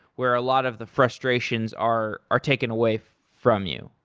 where a lot of the frustrations are are taken away from you.